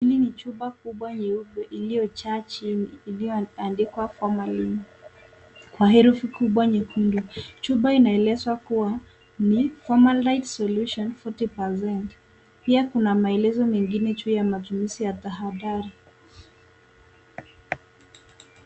Hili ni chupa kubwa nyeupe iliyojaa chini iliyoandikwa Formalin kwa herufi kubwa nyekundu, chupa inaelzwa kuwa ni Formalide solution 40% , pia kuna maelezo mengine juu ya matumizi ya tahadhari.